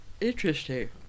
Interesting